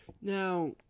now